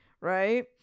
Right